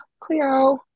Cleo